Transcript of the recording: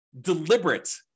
deliberate